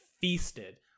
feasted